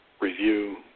review